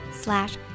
slash